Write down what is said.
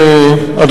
תודה רבה,